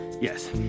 Yes